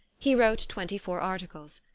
he wrote twenty-four articles.